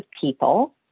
people